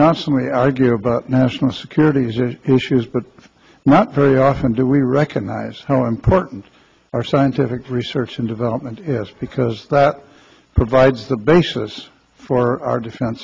constantly argue about national security issues but not very often do we recognize how important our scientific research and development is because that provides the basis for our defense